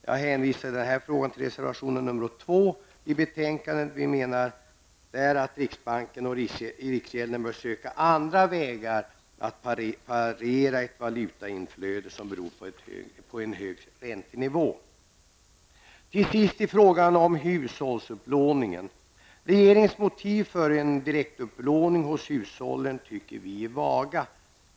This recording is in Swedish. Jag hänvisar i denna fråga till reservation nr 3 i betänkandet. Vi menar där att riksbanken och riksgäldskontoret bör söka andra vägar att parera ett valutainflöde som beror på en hög räntenivå. Så till frågan om hushållsupplåningen. Vi anser att regeringens motiv för en direktupplåning hos hushållen är vaga.